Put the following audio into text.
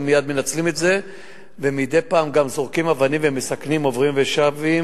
הם מייד מנצלים את זה ומדי פעם גם זורקים אבנים ומסכנים עוברים ושבים,